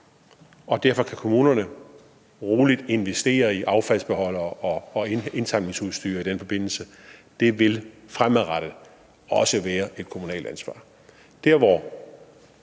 Derfor kan kommunerne roligt investere i affaldsbeholdere og indsamlingsudstyr i den forbindelse. Det vil fremadrettet også være et kommunalt ansvar.